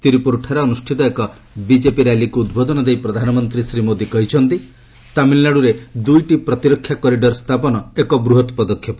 ତିର୍ବପୁରଠାରେ ଅନ୍ରଷ୍ଠିତ ଏକ ବିଜେପି ର୍ୟାଲିକ୍ ଉଦ୍ବୋଧନ ଦେଇ ପ୍ରଧାନମନ୍ତ୍ରୀ ଶ୍ରୀ ମୋଦି କହିଛନ୍ତି ତାମିଲନାଡ଼ରେ ଦୂଇଟି ପ୍ରତିରକ୍ଷା କରିଡର ସ୍ଥାପନ ଏକ ବୃହତ୍ ପଦକ୍ଷେପ